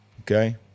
okay